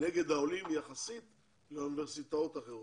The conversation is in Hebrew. נגד העולים יחסית לאוניברסיטאות האחרות.